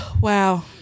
Wow